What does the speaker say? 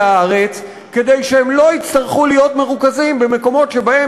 הארץ כדי שהם לא יצטרכו להיות מרוכזים במקומות שבהם